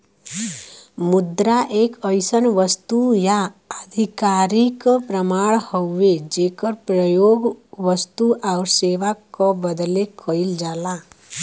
मुद्रा एक अइसन वस्तु या आधिकारिक प्रमाण हउवे जेकर प्रयोग वस्तु आउर सेवा क बदले कइल जाला